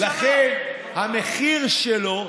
המחיר שלו,